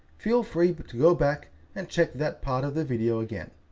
feel free but to go back and check that part of the video again.